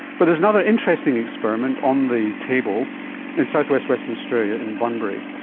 but there's another interesting experiment on the table in southwest western australia in bunbury,